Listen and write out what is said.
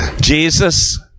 Jesus